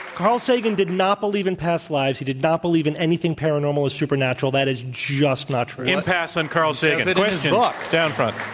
carl sagan did not believe in past lives. he did not believe in anything paranormal or supernatural. that is just not true. impass on carl sagan. question down front.